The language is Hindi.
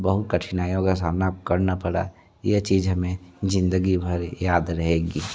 बहुत कठिनाइयों का सामना करना पड़ा यह चीज़ हमें ज़िंदगी भर याद रहेगी